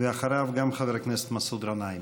ואחריו, גם חבר הכנסת מסעוד גנאים.